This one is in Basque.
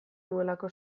nuelako